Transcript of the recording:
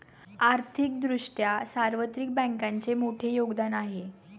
आर्थिक दृष्ट्या सार्वत्रिक बँकांचे मोठे योगदान आहे